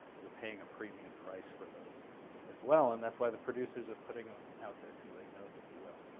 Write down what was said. you're paying a premium price for those as well, and that's why the producers are putting ah out there, because they know that you will.